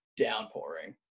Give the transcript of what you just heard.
downpouring